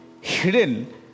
hidden